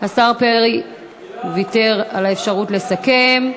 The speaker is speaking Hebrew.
השר פרי ויתר על האפשרות לסכם.